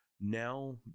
now